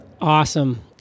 awesome